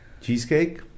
Cheesecake